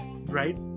right